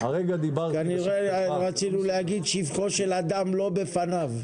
כנראה רצינו להגיד שבחו של אדם לא בפניו.